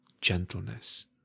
gentleness